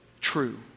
true